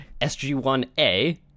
sg1a